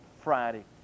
Friday